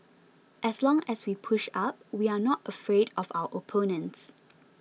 as long as we push up we are not afraid of our opponents